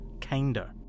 kinder